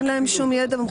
אין להם שום ידע.